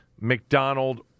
McDonald